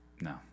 No